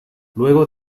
luego